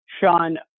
Sean